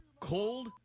Cold